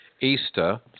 easter